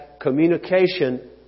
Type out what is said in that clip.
communication